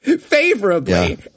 favorably